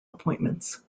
appointments